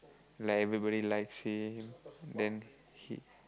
like everybody likes him then he